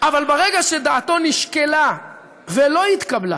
אבל ברגע שדעתו נשקלה ולא התקבלה